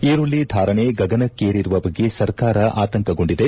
ಈರುಳ್ಳ ಧಾರಣೆ ಗಗನಕ್ಷೇರಿರುವ ಬಗ್ಗೆ ಸರ್ಕಾರ ಆತಂಕಗೊಂಡಿದೆ